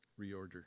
Reorder